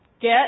get